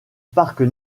parcs